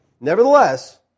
Nevertheless